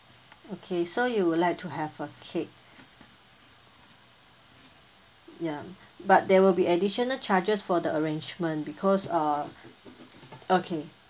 okay so you would like to have a cake ya but there will be additional charges for the arrangement because uh okay